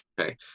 okay